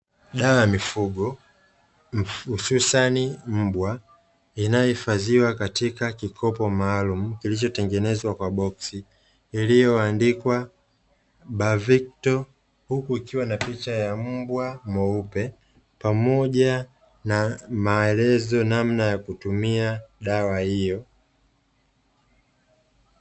Dawa ya mifugo hususani mbwa inayohifadhiwa katika kikopo maalum kilichotengenezwa kwa boksi, iliyoandikwa bavikto. Huku ikiwa na picha ya mbwa mweupe, pamoja na maelezo namna ya kutumia dawa hiyo.